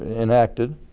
enacted.